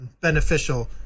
beneficial